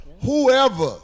whoever